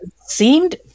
seemed